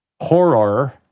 horror